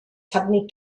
suddenly